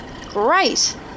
Great